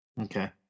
Okay